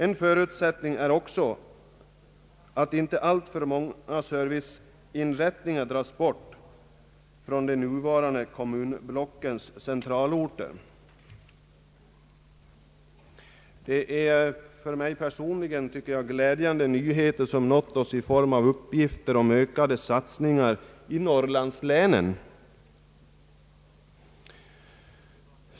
En förutsättning är att inte alltför många serviceinrättningar dras bort från de nuvarande kommunblockens centralort. Glädjande nyheter har nu nått oss i form av uppgifter om ökade satsningar i Norrlandslänen.